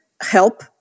help